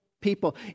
people